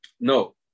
No